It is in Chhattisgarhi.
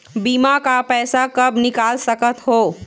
बीमा का पैसा कब निकाल सकत हो?